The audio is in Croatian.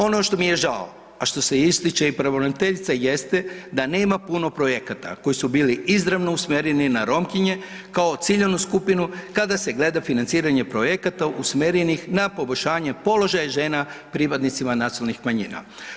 Ono što mi je žao, a što ističe i pravobraniteljica jeste da nema puno projekata koji su bili izravno usmjereni na Romkinje kao ciljanu skupinu kada se gleda financiranje projekata usmjerenih na poboljšanje položaja žena pripadnicima nacionalnih manjina.